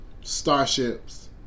Starships